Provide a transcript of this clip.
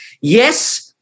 Yes